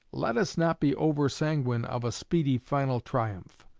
let us not be over-sanguine of a speedy final triumph.